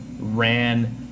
ran